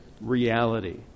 reality